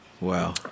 wow